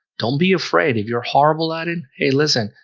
don't be afraid if you're horrible at it hey, listen,